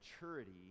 maturity